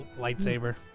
lightsaber